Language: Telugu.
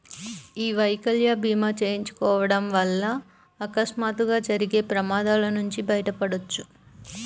యీ వైకల్య భీమా చేయించుకోడం వల్ల అకస్మాత్తుగా జరిగే ప్రమాదాల నుంచి బయటపడొచ్చు